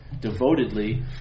devotedly